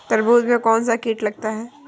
तरबूज में कौनसा कीट लगता है?